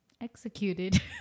executed